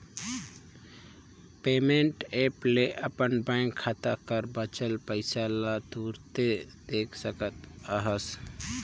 payment app ले अपन bank खाता कर बांचल पइसा ल तुरते देख सकत अहस